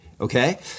okay